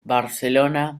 barcelona